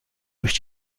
durch